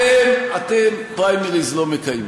אתם, פריימריז לא מקיימים.